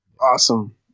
awesome